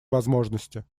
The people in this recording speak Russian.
возможности